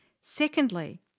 Secondly